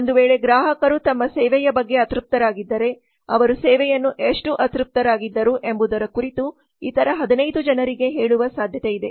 ಒಂದು ವೇಳೆ ಗ್ರಾಹಕರು ತಮ್ಮ ಸೇವೆಯ ಬಗ್ಗೆ ಅತೃಪ್ತರಾಗಿದ್ದರೆ ಅವರು ಸೇವೆಯನ್ನು ಎಷ್ಟು ಅತೃಪ್ತರಾಗಿದ್ದರು ಎಂಬುದರ ಕುರಿತು ಇತರ 15 ಜನರಿಗೆ ಹೇಳುವ ಸಾಧ್ಯತೆಯಿದೆ